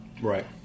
Right